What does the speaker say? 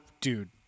dude